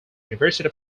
university